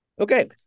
Okay